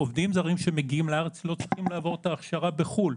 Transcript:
עובדים זרים שמגיעים לארץ לא צריכים לעבור את ההכשרה בחו"ל.